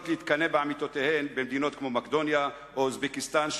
יכולות להתקנא בעמיתותיהן במדינות כמו מקדוניה או אוזבקיסטן,